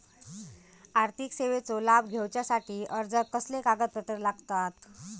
आर्थिक सेवेचो लाभ घेवच्यासाठी अर्जाक कसले कागदपत्र लागतत?